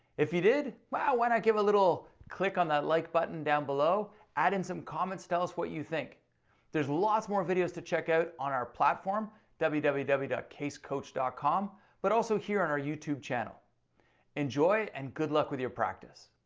if you did, why why not give a little click on that like button down below adding some comments, tell us what you think there's lots more videos to check out on our platform www www dot casecoach dot com but also here on and our youtube channel enjoy and good luck with your practice.